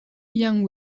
young